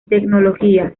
tecnologías